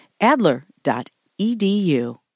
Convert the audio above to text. Adler.edu